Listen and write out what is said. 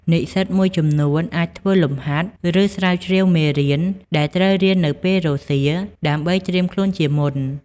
និស្សិតមួយចំនួនអាច ធ្វើលំហាត់ ឬស្រាវជ្រាវមេរៀន ដែលត្រូវរៀននៅពេលរសៀល ដើម្បីត្រៀមខ្លួនជាមុន។